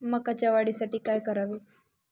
मकाच्या वाढीसाठी काय करावे?